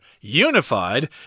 unified